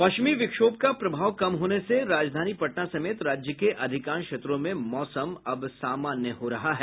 पश्चिमी विक्षोभ का प्रभाव कम होने से राजधानी पटना समेत राज्य के अधिकांश क्षेत्रों में मौसम अब सामान्य हो रहा है